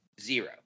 Zero